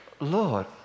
Lord